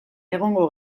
egongo